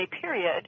period